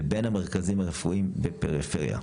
לבין המרכזים הרפואיים בפריפריה.